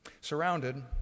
surrounded